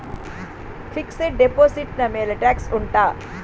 fixed deposit ನ ಮೇಲೆ tax ಉಂಟಾ